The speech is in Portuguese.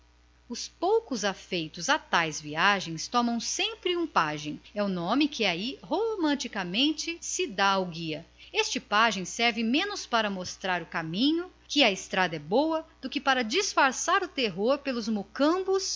os poucos familiarizados com tais caminhos tomam sempre por precaução um pajem é este o nome que ali romanticamente se dá ao guia e o pajem menos serve para guiar o viajante que a estrada é boa do que para lhe afugentar o terror dos mocambos